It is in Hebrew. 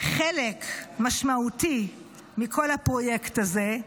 חלק משמעותי מכל הפרויקט הזה,